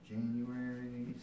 January